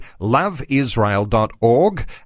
Loveisrael.org